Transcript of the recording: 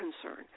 concern